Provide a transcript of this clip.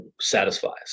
satisfies